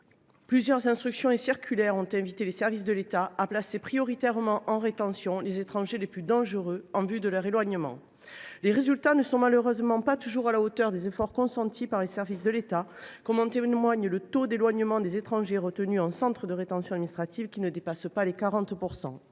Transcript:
Plusieurs instructions et circulaires ont invité les services de l’État à placer prioritairement en rétention les étrangers les plus dangereux en vue de leur éloignement. Les résultats ne sont malheureusement pas toujours à la hauteur des efforts consentis par les services de l’État, comme en témoigne le taux d’éloignement des étrangers retenus en centre de rétention administrative (CRA), qui ne dépasse pas 40 %.